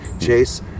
chase